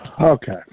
Okay